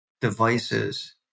devices